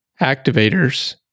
activators